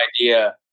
idea